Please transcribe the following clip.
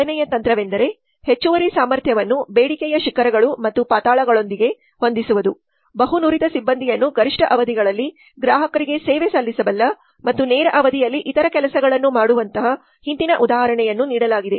ಎರಡನೆಯ ತಂತ್ರವೆಂದರೆ ಹೆಚ್ಚುವರಿ ಸಾಮರ್ಥ್ಯವನ್ನು ಬೇಡಿಕೆಯ ಶಿಖರಗಳು ಮತ್ತು ಪಾತಾಳಗಳೊಂದಿಗೆ ಹೊಂದಿಸುವುದು ಬಹು ನುರಿತ ಸಿಬ್ಬಂದಿಯನ್ನು ಗರಿಷ್ಠ ಅವಧಿಗಳಲ್ಲಿ ಗ್ರಾಹಕರಿಗೆ ಸೇವೆ ಸಲ್ಲಿಸಬಲ್ಲ ಮತ್ತು ನೇರ ಅವಧಿಯಲ್ಲಿ ಇತರ ಕೆಲಸಗಳನ್ನು ಮಾಡುವಂತಹ ಹಿಂದಿನ ಉದಾಹರಣೆಯಲ್ಲಿ ನೀಡಲಾಗಿದೆ